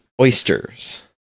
oysters